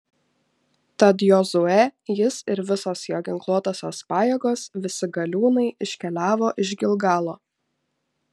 tad jozuė jis ir visos jo ginkluotosios pajėgos visi galiūnai iškeliavo iš gilgalo